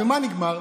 מה נגמר?